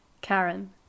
Karen